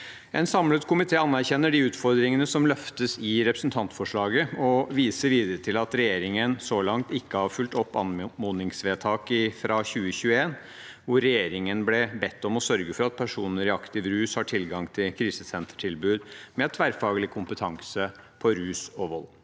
En samlet komité anerkjenner de utfordringene som løftes i representantforslaget, og viser videre til at regjeringen så langt ikke har fulgt opp anmodningsvedtaket fra 2021 hvor regjeringen ble bedt om å sørge for at personer i aktiv rus har tilgang til et krisesentertilbud med tverrfaglig kompetanse på rus og vold.